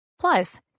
Plus